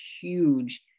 huge